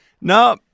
No